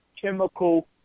chemical